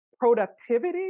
productivity